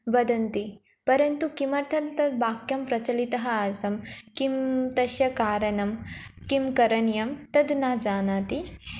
वदन्ति परन्तु किमर्थं तद् वाक्यं प्रचलितः आसं किं तस्य कारणं किं करणीयं तद् न जानाति